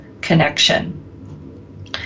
connection